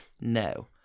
No